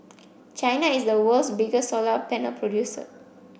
China is the world's biggest solar panel producer